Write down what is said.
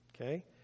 Okay